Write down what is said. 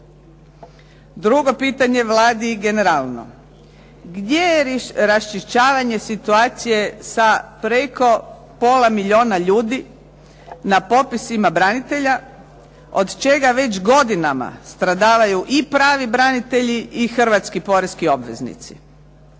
Drugo pitanje Vladi generalno. Gdje je raščišćavanje situacije sa preko pola milijuna ljudi na popisima branitelja, od čega već godinama stradavaju i pravi branitelji i hrvatski poreski obveznici?